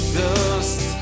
dust